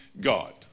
God